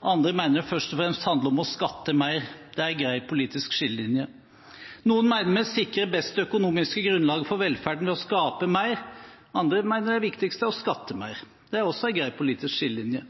andre mener det først og fremst handler om å skatte mer. Det er en grei politisk skillelinje. Noen mener vi sikrer det beste økonomiske grunnlaget for velferden ved å skape mer, andre mener det viktigste er å skatte mer. Det er også en grei politisk skillelinje.